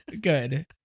good